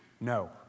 No